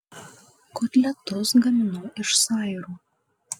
kotletus gaminau iš sairų